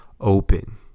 Open